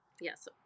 Yes